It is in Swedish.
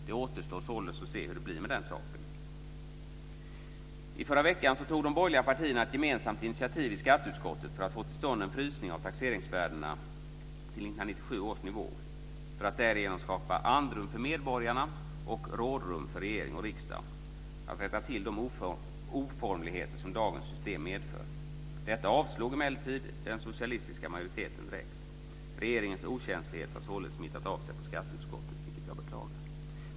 Det återstår således att se hur det blir med den saken. I förra veckan tog de borgerliga partierna ett gemensamt initiativ i skatteutskottet för att få till stånd en frysning av taxeringsvärdena till 1997 års nivå för att därigenom skapa andrum för medborgarna och rådrum för regering och riksdag att rätta till de oformligheter som dagens system medför. Detta avslog emellertid den socialistiska majoriteten direkt. Regeringens okänslighet har således smittat av sig på skatteutskottet, vilket jag beklagar.